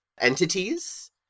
entities